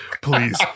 please